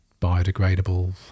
biodegradable